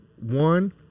one